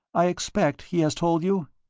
i expect he has told you?